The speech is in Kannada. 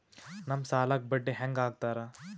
ನಮ್ ಸಾಲಕ್ ಬಡ್ಡಿ ಹ್ಯಾಂಗ ಹಾಕ್ತಾರ?